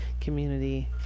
community